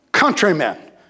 countrymen